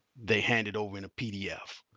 they hand it over in a pdf,